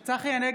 (קוראת בשמות חברי הכנסת) צחי הנגבי,